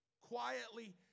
quietly